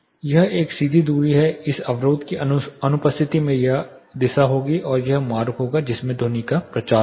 यह एक सीधी दूरी है इस अवरोध की अनुपस्थिति में यह दिशा होगी और यह वह मार्ग होगा जिसमें ध्वनि का प्रचार होगा